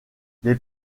les